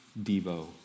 devo